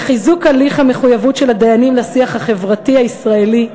וחיזוק הליך המחויבות של הדיינים לשיח החברתי הישראלי,